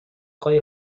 اقای